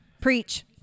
Preach